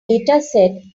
dataset